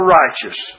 righteous